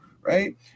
Right